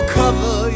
cover